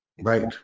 Right